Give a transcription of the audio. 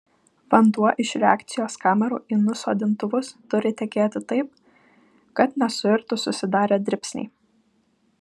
vanduo iš reakcijos kamerų į nusodintuvus turi tekėti taip kad nesuirtų susidarę dribsniai